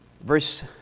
Verse